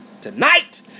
Tonight